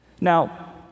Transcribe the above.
Now